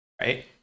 right